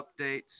updates